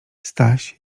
staś